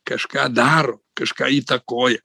kažką daro kažką įtakoja